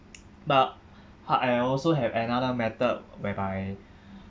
but I also have another method whereby